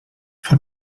vor